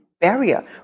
barrier